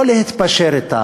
לא להתפשר אתה,